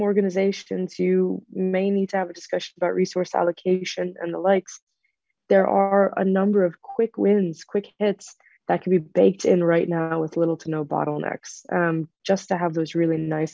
organizations you may need to have a discussion about resource allocation and the like there are a number of quick wins quick hits that can be baked in right now with little to no bottlenecks just to have those really nice